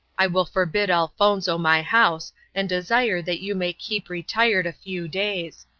i will forbid elfonzo my house, and desire that you may keep retired a few days.